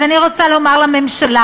אז אני רוצה לומר לממשלה: